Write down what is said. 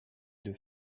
deux